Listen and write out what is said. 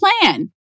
plan